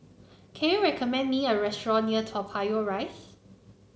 can you recommend me a restaurant near Toa Payoh Rise